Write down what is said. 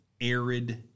arid